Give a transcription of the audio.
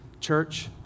Church